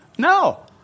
No